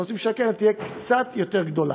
ואנחנו רוצים שהקרן תהיה קצת יותר גדולה.